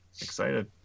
Excited